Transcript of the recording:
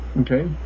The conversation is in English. Okay